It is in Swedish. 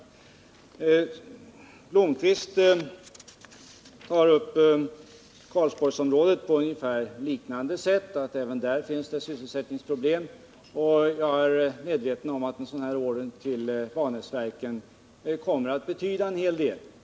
Arne Blomkvist tar upp Karlsborgsområdet på ungefär liknande sätt och pekar på att det även där finns sysselsättningsproblem. Jag är medveten om atten order av det slag som det gäller till Vanäsverken i Karlsborg kommer att betyda en hel del.